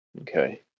okay